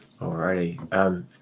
Alrighty